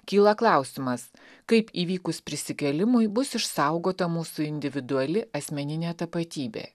kyla klausimas kaip įvykus prisikėlimui bus išsaugota mūsų individuali asmeninė tapatybė